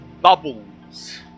bubbles